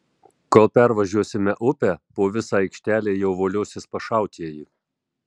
kol pervažiuosime upę po visą aikštelę jau voliosis pašautieji